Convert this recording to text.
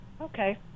okay